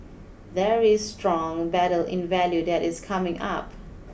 there is strong battle in value that is coming up